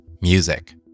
music